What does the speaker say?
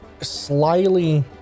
slyly